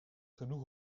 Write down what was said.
genoeg